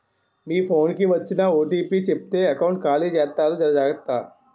మీ phone కి వచ్చిన OTP చెప్తే ఎకౌంట్ ఖాళీ జెత్తారు జర జాగ్రత్త